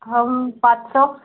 हम सात सौ